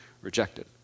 rejected